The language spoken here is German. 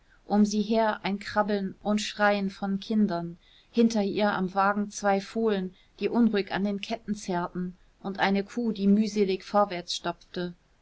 um sie her ein krabbeln und schreien von kindern hinter ihr am wagen zwei fohlen die unruhig an den ketten zerrten und eine kuh die mühselig vorwärts stapfte